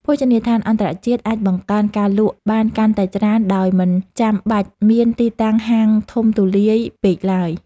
ភោជនីយដ្ឋានអន្តរជាតិអាចបង្កើនការលក់បានកាន់តែច្រើនដោយមិនចាំបាច់មានទីតាំងហាងធំទូលាយពេកឡើយ។